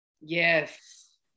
Yes